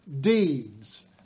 deeds